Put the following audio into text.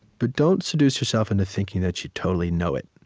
but don't seduce yourself into thinking that you totally know it.